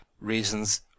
reasons